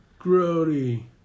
Grody